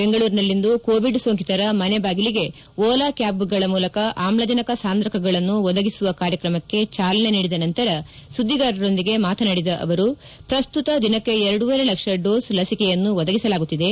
ಬೆಂಗಳೂರಿನಲ್ಲಿಂದು ಕೋವಿಡ್ ಸೋಂಕಿತರ ಮನೆ ಬಾಗಿಲಿಗೆ ಓಲಾ ಕ್ವಾಬ್ಗಳ ಮೂಲಕ ಆಮ್ಲಜನಕ ಸಾಂದ್ರಕಗಳನ್ನು ಒದಗಿಸುವ ಕಾರ್ಯಕ್ರಮಕ್ಕೆ ಚಾಲನೆ ನೀಡಿದ ನಂತರ ಸುದ್ವಿಗಾರರೊಂದಿಗೆ ಮಾತನಾಡಿದ ಅವರು ಪ್ರಸ್ತುತ ದಿನಕ್ಕೆ ಎರಡೂವರೆ ಲಕ್ಷ ಡೋಸ್ ಲಸಿಕೆಯನ್ನು ಒದಗಿಸಲಾಗುತ್ತಿದೆ